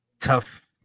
tough